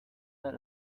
that